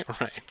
right